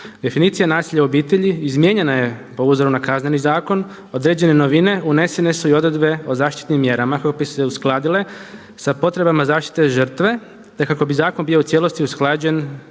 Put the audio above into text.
Definicija nasilja u obitelji izmijenjena je po uzoru na Kazneni zakon. Određene novine unesene su i u odredbe o zaštitnim mjerama koje bi se uskladile sa potrebama zaštite žrtve, te kako bi zakon bio u cijelosti usklađen